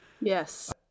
Yes